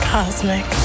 Cosmic